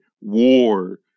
war